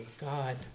God